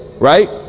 right